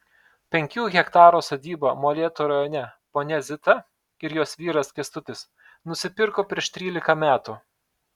penkių hektarų sodybą molėtų rajone ponia zita ir jos vyras kęstutis nusipirko prieš trylika metų